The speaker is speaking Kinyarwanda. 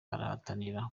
barahatanira